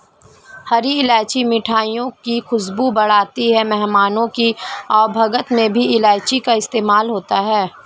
हरी इलायची मिठाइयों की खुशबू बढ़ाती है मेहमानों की आवभगत में भी इलायची का इस्तेमाल होता है